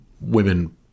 women